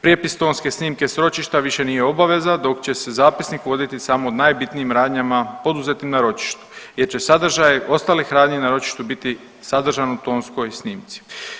Prijepis tonske snimke s ročišta više nije obaveza dok će se zapisnik voditi samo o najbitnijim radnjama poduzetim na ročištu jer će sadržaj ostalih radnji na ročištu biti sadržan u tonskoj snimci.